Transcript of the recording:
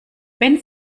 wenn